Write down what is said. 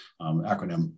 acronym